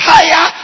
Higher